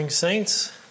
saints